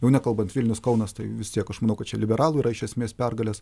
jau nekalbant vilnius kaunas tai vis tiek aš manau kad čia liberalų yra iš esmės pergalės